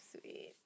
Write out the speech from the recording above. sweet